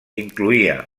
incloïa